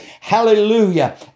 Hallelujah